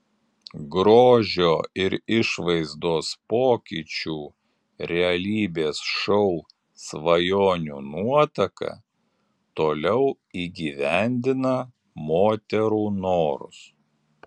grožio ir išvaizdos pokyčių realybės šou svajonių nuotaka toliau įgyvendina moterų norus